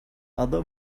other